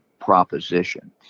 Proposition